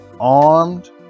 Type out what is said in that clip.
armed